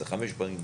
זה חמש פעמים בלילה,